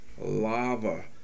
lava